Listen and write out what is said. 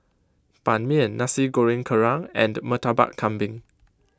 Ban Mian Nasi Goreng Kerang and Murtabak Kambing